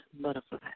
butterfly